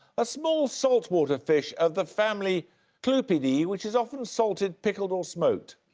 a small saltwater fish of the family clupeidae which is often salted, pickled or smoked.